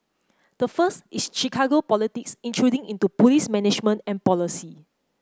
the first is Chicago politics intruding into police management and policy